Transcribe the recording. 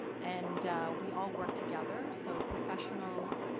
and we all work together, so professionals,